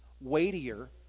weightier